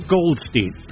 Goldstein